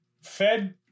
fed